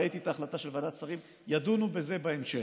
אני ראיתי את ההחלטה של ועדת שרים: ידונו בזה בהמשך.